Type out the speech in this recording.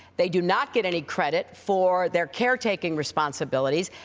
they do not get any credit for their care-taking responsibilities.